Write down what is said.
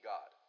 God